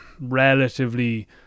relatively